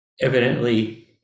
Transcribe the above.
Evidently